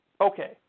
Okay